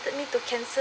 me to cancel